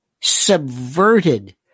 subverted